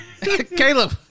Caleb